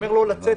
אומר לו: לצאת,